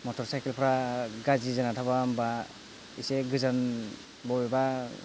मटरसाइकेलफ्रा गाज्रि जाना थाबा होनबा एसे गोजान बबेबा